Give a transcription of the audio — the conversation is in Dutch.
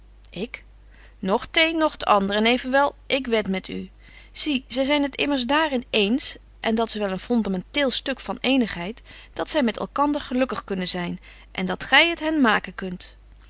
t een noch t ander en evenwel ik wed met u zie zy zyn het immers daar in eens en dat's wel een fondamenteel stuk van eenigheid dat zy met elkander gelukkig kunnen zyn en dat gy het hen maken kunt